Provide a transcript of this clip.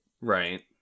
Right